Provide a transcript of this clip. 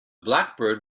blackbird